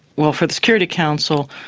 well, for the security council,